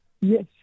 Yes